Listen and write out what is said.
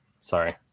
Sorry